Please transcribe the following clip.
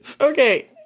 Okay